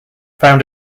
found